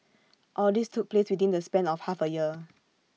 all this took place within the span of half A year